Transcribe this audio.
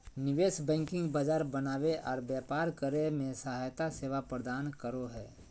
निवेश बैंकिंग बाजार बनावे आर व्यापार करे मे सहायक सेवा प्रदान करो हय